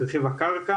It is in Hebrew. את רכיב הקרקע